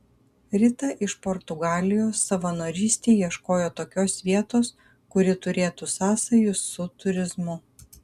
rita iš portugalijos savanorystei ieškojo tokios vietos kuri turėtų sąsajų su turizmu